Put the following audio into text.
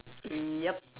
yup